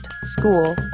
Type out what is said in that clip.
School